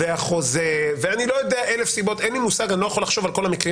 החוזה ועוד אלף סיבות - אני לא יכול לחשוב על כל המקרים